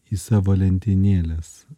į savo lentynėles